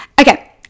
Okay